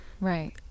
right